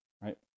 right